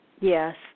Yes